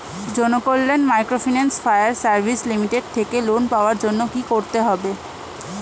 Janakalyan microfinance fire service limited থেকে loan পাওয়ার জন্য কি করতে হবে?